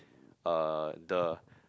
uh the